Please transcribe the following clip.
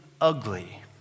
ugly